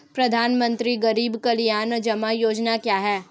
प्रधानमंत्री गरीब कल्याण जमा योजना क्या है?